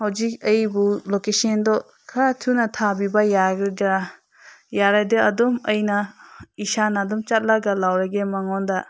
ꯍꯧꯖꯤꯛ ꯑꯩꯕꯨ ꯂꯣꯀꯦꯁꯟꯗꯣ ꯈꯔ ꯊꯨꯅ ꯊꯥꯕꯤꯕ ꯌꯥꯒꯗ꯭ꯔꯥ ꯌꯥꯔꯗꯤ ꯑꯗꯨꯝ ꯑꯩꯅ ꯏꯁꯥꯅ ꯑꯗꯨꯝ ꯆꯠꯂꯒ ꯂꯧꯔꯒꯦ ꯃꯉꯣꯟꯗ